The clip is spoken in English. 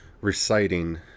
reciting